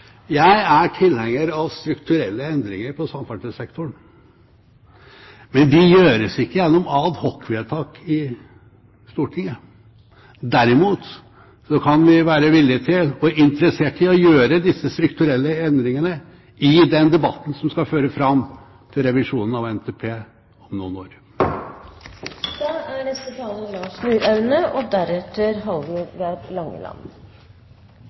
Jeg er tilhenger av strukturelle endringer på samferdselssektoren. Men de gjøres ikke gjennom ad hoc-vedtak i Stortinget. Derimot kan vi være villige til og interessert i å gjøre disse strukturelle endringene i forbindelse med den debatten som skal føre fram til revisjonen av NTP om noen år. Det er